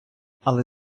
але